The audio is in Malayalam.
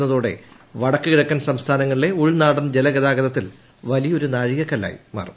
വരുന്നതോടെ വടക്ക് കിഴക്കൻ സംസ്ഥാനങ്ങലിലെ ഉൾനാടൻ ജലഗതാഗതത്തിൽ വലിയൊരു നാഴികക്കല്ലായി മാറും